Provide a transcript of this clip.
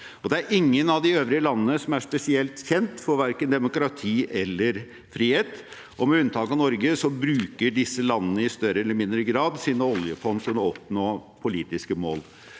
fond. Ingen av de øvrige landene er spesielt kjent for verken demokrati eller frihet, og med unntak av Norge bruker disse landene i større eller mindre grad sine oljefond til å oppnå politiske mål.